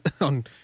on